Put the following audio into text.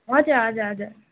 हजुर हजुर हजुर